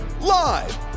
live